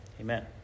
amen